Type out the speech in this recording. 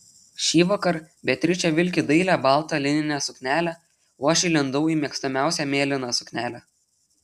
šįvakar beatričė vilki dailią baltą lininę suknelę o aš įlindau į mėgstamiausią mėlyną suknelę